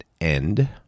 end